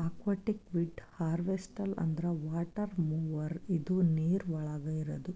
aquatic weed harvester ಅಂದ್ರ water mower ಇದು ನೀರವಳಗ್ ಇರದ